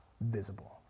visible